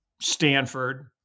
Stanford